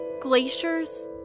glaciers